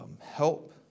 help